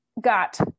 got